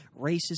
Racism